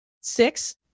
six